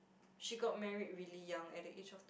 she got married really young at the age of